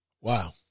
Wow